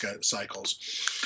cycles